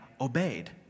obeyed